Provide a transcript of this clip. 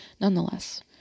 Nonetheless